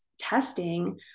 testing